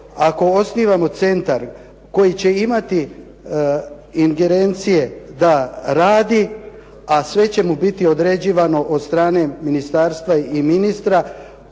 ako osnivamo centar koji će imati ingerencije da radi a sve će mu biti određivano od strane ministarstva i ministra